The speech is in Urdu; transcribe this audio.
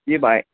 جی بھائی